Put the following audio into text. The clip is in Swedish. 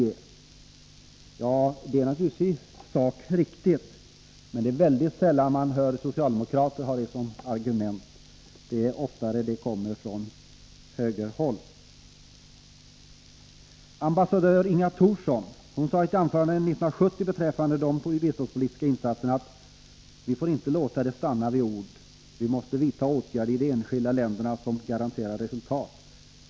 Det är naturligtvis i sak riktigt, men det är väldigt sällan man hör socialdemokrater framföra ett sådant argument. Det kommer oftare från högerhåll. Ambassadör Inga Thorsson sade i ett anförande 1970 beträffande biståndspolitiska insatser: ”Vi får inte låta det stanna vid ord. Vi måste vidta åtgärder ide enskilda länderna som garanterar resultat.